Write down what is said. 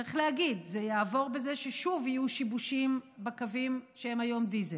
צריך להגיד שזה יעבור בזה ששוב יהיו שיבושים בקווים שהיום הם דיזל.